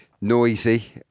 noisy